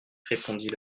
répondit